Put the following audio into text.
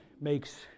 makes